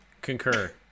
concur